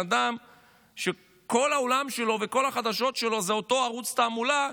אדם שכל העולם שלו וכל החדשות שלו הם אותו ערוץ תעמולה,